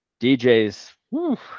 dj's